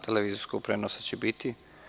Televizijskog prenosa će biti.